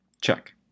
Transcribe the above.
Check